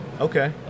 Okay